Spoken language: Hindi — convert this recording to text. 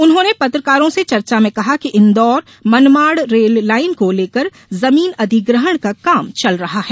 उन्होंने पत्रकारों से चर्चा में कहा कि इन्दौर मनमाड़ रेललाइन को लेकर जमीन अधिग्रहण का काम चल रहा है